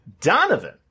Donovan